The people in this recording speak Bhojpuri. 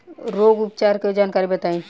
रोग उपचार के जानकारी बताई?